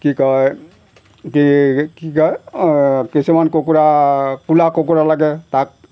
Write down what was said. কি কয় কি কি কয় কিছুমান কুকুৰা ক'লা কুকুৰা লাগে তাক